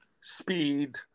speed